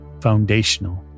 foundational